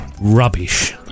rubbish